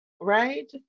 right